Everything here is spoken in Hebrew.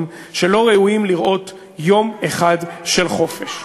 שלא ראויים לראות יום אחד של חופש.